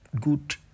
good